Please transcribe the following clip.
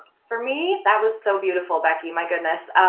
for me, that was so beautiful, becky, my goodness.